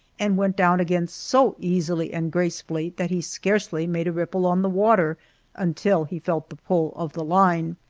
and went down again so easily and gracefully that he scarcely made a ripple on the water until he felt the pull of the line.